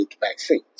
vaccines